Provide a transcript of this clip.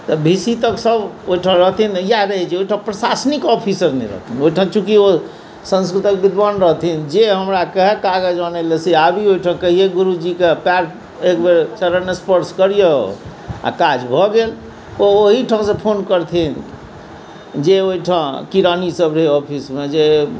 तऽ V C तऽ ओयठाम रहथिन नहि इएह रहै छै ओइठाम प्रशासनिक ऑफिसर नहि रहथिन ओइठाम चूँकि ओ संस्कृतक विद्वान रहथिन जे हमरा कहै कागज अनै लेल से लअ आबी ओइठाम कहियै गुरुजीके पयर एक बेर चरण स्पर्श करियौ आओर काज भऽ गेल ओ ओहीठामसँ फोन करथिन जे ओइठाम किरानी सब रहै ऑफिसमे जे